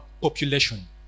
population